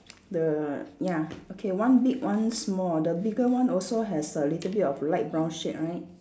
the ya okay one big one small the bigger one also has a little bit of light brown shade right